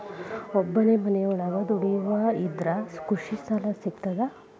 ಒಬ್ಬನೇ ಮನಿಯೊಳಗ ದುಡಿಯುವಾ ಇದ್ರ ಕೃಷಿ ಸಾಲಾ ಸಿಗ್ತದಾ?